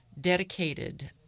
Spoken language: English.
dedicated